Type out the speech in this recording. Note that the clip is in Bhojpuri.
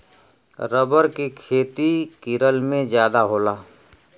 रबर के खेती केरल में जादा होला